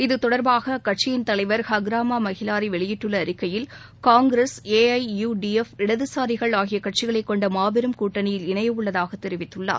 இதுதொடர்பாக கட்சியின் தலைவர் ஹக்ராமா மகிலாரி வெளியிட்டுள்ள அறிக்கையில் Congress A I D U F இடதுசாரிகள் ஆகிய கட்சிகளைக் கொண்ட மாபெரும் கூட்டணியில் இணையவுள்ளதாக தெரிவித்துள்ளார்